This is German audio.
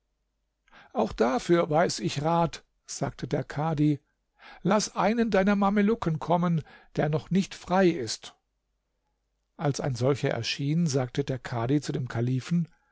auch dafür weiß ich rat sagte der kadhi laß einen deiner mamelucken kommen der noch nicht frei ist als ein solcher erschien sagte der kadhi zu dem kalifen